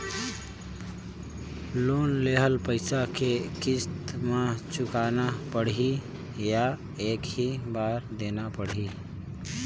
Loan लेहल पइसा के किस्त म चुकाना पढ़ही या एक ही बार देना पढ़ही?